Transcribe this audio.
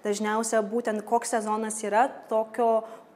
dažniausia būten koks sezonas yra tokio